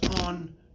on